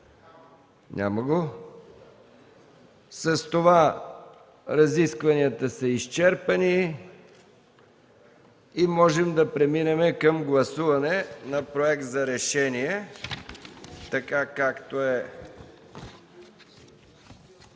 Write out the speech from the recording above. Няма го. С това разискванията са изчерпани и можем да преминем към гласуване на Проект за решение. Колеги,